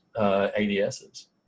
ads's